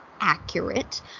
accurate